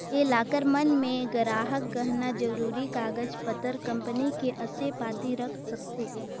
ये लॉकर मन मे गराहक गहना, जरूरी कागज पतर, कंपनी के असे पाती रख सकथें